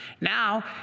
Now